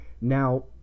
now